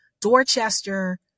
Dorchester